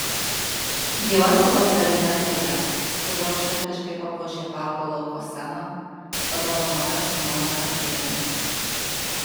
gyvas pavasarines gėles kurios šventiškai papuošė parko lauko sceną padovanojo simona kazlienė